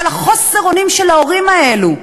אבל חוסר האונים של ההורים האלה,